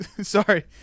Sorry